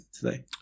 today